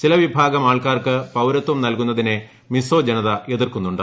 ചില വിഭാഗം ആൾക്കാർക്ക് പൌരത്വം നൽകുന്നതിനെ മിസ്സോ ജനത എതിർക്കുന്നുണ്ട്